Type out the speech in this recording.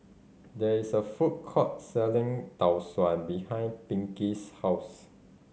there is a food court selling Tau Suan behind Pinkie's house